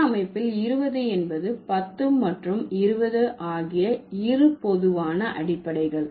எண் அமைப்பில் 20 என்பது 10 மற்றும் 20 ஆகிய இரு பொதுவான அடிப்படைகள்